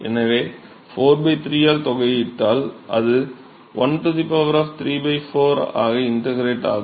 எனவே 43 ஆல் தொகையிட்டால் அது 1¾ ஆக இன்டெக்ரேட் ஆகும்